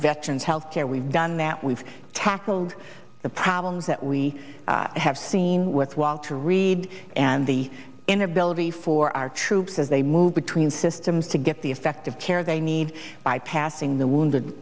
veterans health care we've done that we've tackled the problems that we have seen with walter reed and the inability for our troops as they move between systems to get the effective care they need by passing the wounded